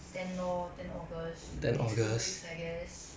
ten lor ten august next two weeks I guess